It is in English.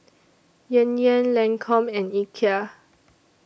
Yan Yan Lancome and Ikea